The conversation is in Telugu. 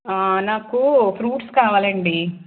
నాకు ఫ్రూట్స్ కావాలండి